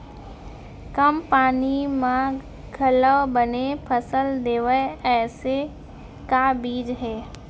कम पानी मा घलव बने फसल देवय ऐसे का बीज हे?